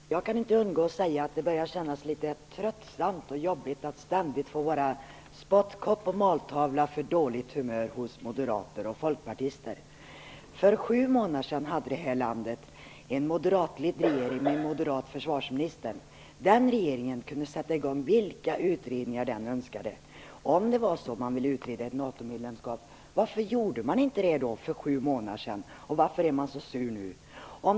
Herr talman! Jag kan inte undgå att säga att det börjar kännas litet tröttsamt och jobbigt att ständigt få vara spottkopp och måltavla för moderater och folkpartister på dåligt humör. För sju månader sedan hade det här landet en moderatledd regering med en moderat försvarsminister. Den regeringen kunde sätta i gång vilka utredningar den önskade. Om det var så att man ville utreda ett NATO-medlemskap, varför gjorde man inte det då, för sju månader sedan, och varför är man så sur nu?